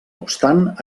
obstant